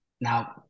now